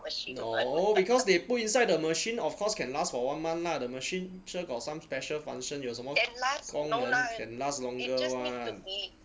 no because they put inside the machine of course can last for one month lah the machine sure got some special function 有什么功能 can last longer [one]